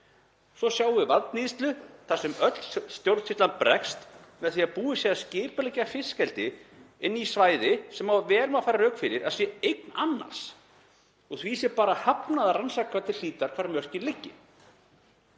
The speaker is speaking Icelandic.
Svo sjáum við valdníðslu þar sem öll stjórnsýslan bregst, með því að búið sé að skipuleggja fiskeldi inn á svæði sem vel má færa rök fyrir að séu eign annars og því sé bara hafnað að rannsaka til hlítar hvar mörkin liggi.